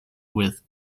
with